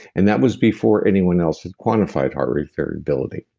and that was before anyone else had quantified heart rate variability,